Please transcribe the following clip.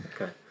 okay